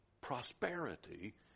Prosperity